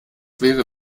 wäre